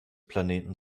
planeten